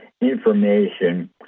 information